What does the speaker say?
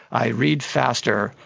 i read faster,